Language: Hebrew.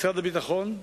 משרד הביטחון,